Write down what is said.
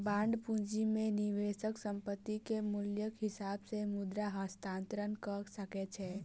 bond पूंजी में निवेशक संपत्ति के मूल्यक हिसाब से मुद्रा हस्तांतरण कअ सकै छै